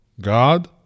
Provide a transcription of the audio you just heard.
God